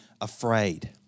afraid